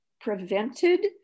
prevented